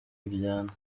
buryana